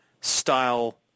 style